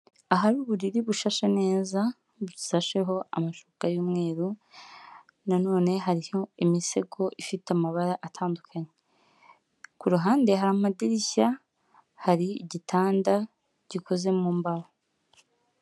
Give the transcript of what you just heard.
Aha hari uburiri bushashe neza , busasheho amashuka y'umweru nanone hariho imisego ifite amabara atandukanye, ku ruhande hari amadirishya hari igitanda gikoze mu mbaho.